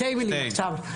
דבר ראשון,